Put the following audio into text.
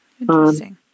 Interesting